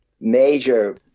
major